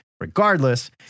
Regardless